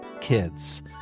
kids